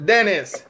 Dennis